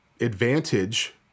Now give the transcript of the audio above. advantage